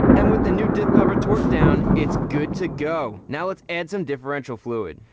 and with the new diff cover torqued down, it's good to go! now, let's add some differential fluid.